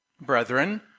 brethren